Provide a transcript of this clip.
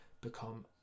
become